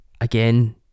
again